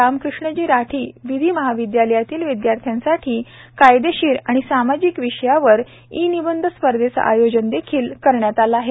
रामकृष्णजी राठी विधी महाविद्यालयातील विद्यार्थ्यांसाठी कायदेशीर आणि सामाजिक विषयावर ई निबंध स्पर्धेचे आयोजन देखिल करण्यात आले आहे